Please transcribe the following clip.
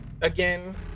again